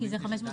כי זה 549(ד),